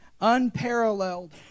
unparalleled